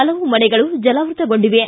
ಹಲವು ಮನೆಗಳು ಜಲಾವೃತಗೊಂಡಿವೆ